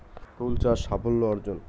ফুল চাষ সাফল্য অর্জন?